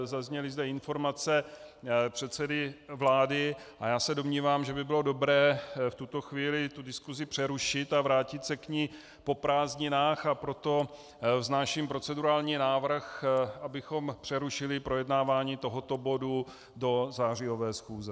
Zazněly zde informace předsedy vlády a já se domnívám, že by bylo dobré v tuto chvíli diskuzi přerušit a vrátit se k ní po prázdninách, a proto vznáším procedurální návrh, abychom přerušili projednávání tohoto bodu do zářijové schůze.